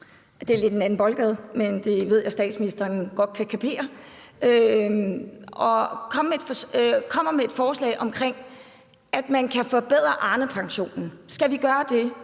det er lidt en anden boldgade, men det ved jeg statsministeren godt kan kapere – og de kommer med et forslag om, at man kan forbedre Arnepensionen. Skal vi gøre det